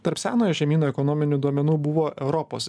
tarp senojo žemyno ekonominių duomenų buvo europos